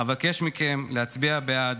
אבקש מכם להצביע בעד.